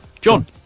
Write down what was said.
John